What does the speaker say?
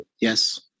Yes